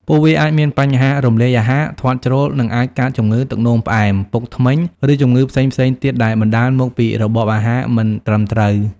ពួកវាអាចមានបញ្ហារំលាយអាហារ ធាត់ជ្រុល និងអាចកើតជំងឺទឹកនោមផ្អែម ពុកធ្មេញ ឬជំងឺផ្សេងៗទៀតដែលបណ្ដាលមកពីរបបអាហារមិនត្រឹមត្រូវ។